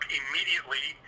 immediately